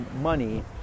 money